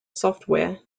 software